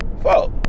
Fuck